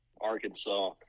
Arkansas